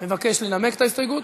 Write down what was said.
מבקש לנמק את ההסתייגות?